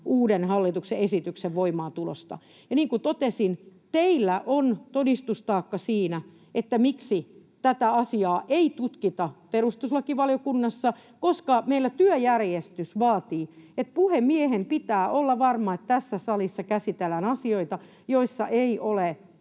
uuden hallituksen esityksen voimaantulosta. Ja niin kuin totesin, teillä on todistustaakka siinä, miksi tätä asiaa ei tutkita perustuslakivaliokunnassa, koska meillä työjärjestys vaatii, että puhemiehen pitää olla varma, että tässä salissa käsitellään asioita, joissa ei ole